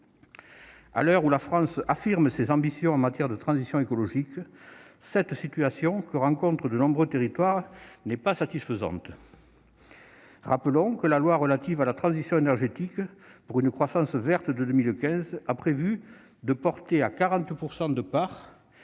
À l'heure où la France affirme ses ambitions en matière de transition énergétique, cette situation, que connaissent de nombreux territoires, n'est pas satisfaisante. Rappelons que la loi du 17 août 2015 relative à la transition énergétique pour une croissance verte a prévu de porter à 40 % la part